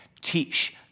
teach